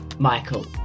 Michael